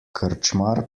krčmar